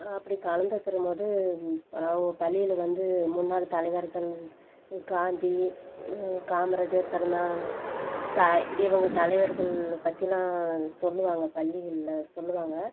அப்படி கலந்துக்கறபோது பள்ளியில் வந்து முன்னாள் தலைவர்கள் காந்தி காமராஜர் பிறந்த நாள் இவங்க தலைவர்கள் பற்றிலாம் சொல்லுவாங்க பள்ளிகளில் சொல்லுவாங்க